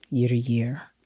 year to year,